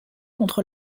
contre